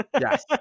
Yes